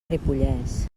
ripollès